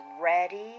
ready